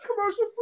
commercial